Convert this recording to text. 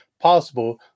possible